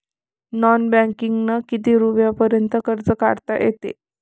Non बँकिंगनं किती रुपयापर्यंत कर्ज काढता येते?